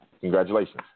congratulations